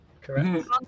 Correct